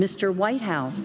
mr white house